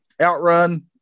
OutRun